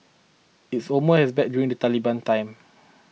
it's almost as bad during the Taliban time